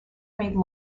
made